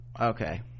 Okay